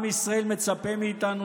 עם ישראל מצפה מאיתנו